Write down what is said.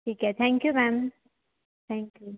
ठीक है thank you ma'am thank you